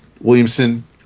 Williamson